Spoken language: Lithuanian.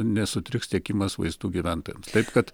nesutriks tiekimas vaistų gyventojams taip kad